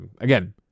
Again